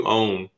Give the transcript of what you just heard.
own